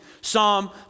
psalm